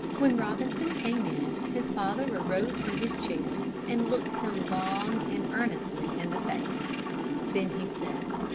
when robinson came in his father arose from his chair and looked him long and earnestly in the face then he said,